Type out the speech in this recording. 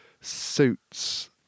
suits